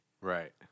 Right